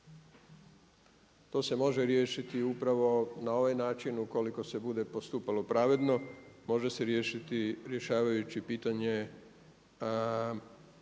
To se može riješiti upravo na ovaj način ukoliko se bude postupalo pravedno, može se riješiti rješavajući pitanje